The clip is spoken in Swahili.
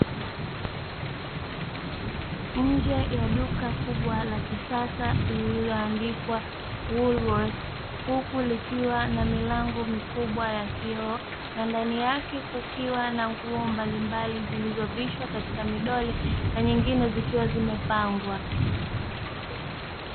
Nje ya duka kubwa la kisasa lililoandikwa hulu wethi huku likiwa na milango mikubwa ya kioo na ndani yake kukiwa na nguo mbalimbali zilizovishwa katika midoli na nyingine zikiwa zimepangwa.